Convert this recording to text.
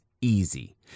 easy